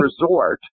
Resort